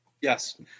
Yes